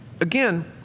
again